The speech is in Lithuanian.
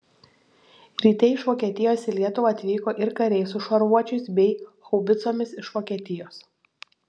ryte iš vokietijos į lietuvą atvyko ir kariai su šarvuočiais bei haubicomis iš vokietijos